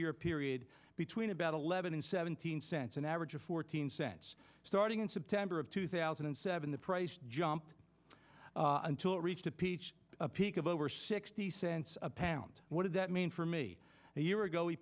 year period between about eleven and seventeen cents an average of fourteen cents starting in september of two thousand and seven the price jump until it reached a peach peak of over sixty seven a pound what does that mean for me a year ago